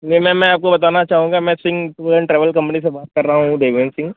नहीं मैंम मैं आपको बताना चाहूँगा मैं Singh tour and travels company से बात कर रहा हूँ देवेश सिंह